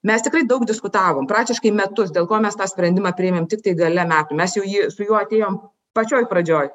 mes tikrai daug diskutavom praktiškai metus dėl ko mes tą sprendimą priėmėm tiktai gale metų mes jau jį su juo atėjom pačioj pradžioj